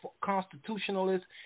Constitutionalists